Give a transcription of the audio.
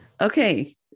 okay